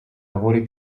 lavori